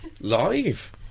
Live